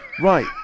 Right